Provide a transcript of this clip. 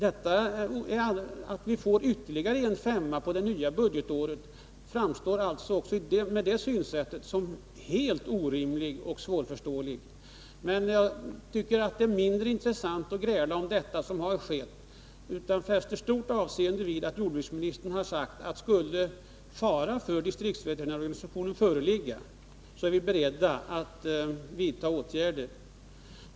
En höjning med ytterligare en femma på det nya budgetåret framstår även med det synsättet som helt orimlig och svårförståelig. Men jag tycker att det är mindre intressant att gräla om detta, som har skett. Jag fäster stort avseende vid att jordbruksministern har sagt: Skulle fara för distriktsveterinärorganisationen föreligga, så är vi beredda att vidta åtgärder.